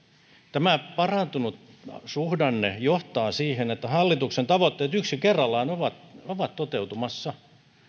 tämä parantunut suhdanne johtaa siihen että hallituksen tavoitteet ovat yksi kerrallaan toteutumassa